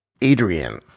Adrian